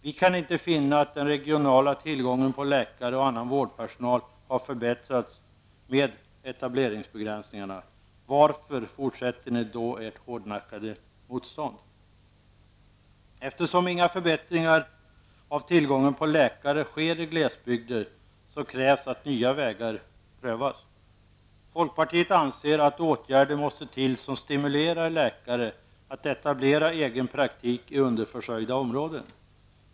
Vi kan inte finna att den regionala tillgången på läkare och annan vårdpersonal har förbättrats med etableringsbegränsningarna. Varför fortsäter ni då ert hårdnackade motstånd? Eftersom inga förbättringar av tillgången på läkare sker i glesbygder, krävs att nya vägar prövas. Folkpartiet anser att åtgärder måste till som stimulerar läkare att etablera egen praktik i underförsörjda områden.